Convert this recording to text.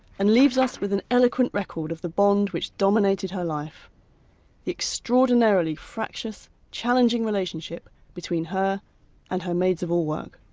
and leaves us with an eloquent record of the bond which dominated her life the extraordinarily fractious, challenging relationship between her and her maids-of-all-work.